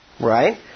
Right